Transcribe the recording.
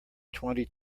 twenty